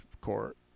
court